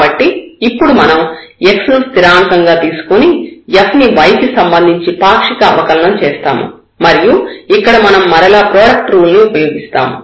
కాబట్టి ఇప్పుడు మనం x ను స్థిరాంకం గా తీసుకుని f ని y కి సంబంధించి పాక్షిక అవకలనం చేస్తాము మరియు ఇక్కడ మనం మరలా ప్రోడక్ట్ రూల్ ని ఉపయోగిస్తాము